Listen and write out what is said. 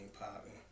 popping